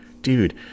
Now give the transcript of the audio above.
dude